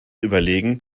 überlegen